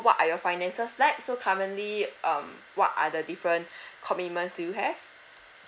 what are your finances like so currently um what are the different commitments do you have